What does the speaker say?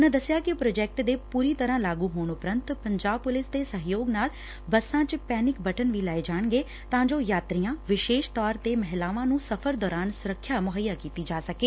ਉਨ੍ਹਾਂ ਦਸਿਆ ਕਿ ਪ੍ਰੋਜੈਕਟ ਦੇ ਪੂਰੀ ਤਰ੍ਹਾਂ ਲਾਗੂ ਹੋਣ ਮਗਰੋਂ ਪੰਜਾਬ ਪੁਲਿਸ ਦੇ ਸਹਿਯੋਗ ਨਾਲ ਬੱਸਾਂ ਚ ਪੈਨਿਕ ਬਟਨ ਵੀ ਲਾਏ ਜਾਣਗੇ ਤਾਂ ਜੋ ਯਾਤਰੀਆਂ ਨੂੰ ਵਿਸ਼ੇਸ਼ ਤੌਰ ਤੇ ਮਹਿਲਾਵਾਂ ਨੂੰ ਸਫ਼ਰ ਦੌਰਾਨ ਸੁਰੱਖਿਆ ਮੁਹੱਈਆ ਕੀਤੀ ਜਾ ਸਕੇ